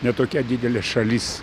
ne tokia didelė šalis